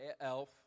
elf